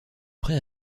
près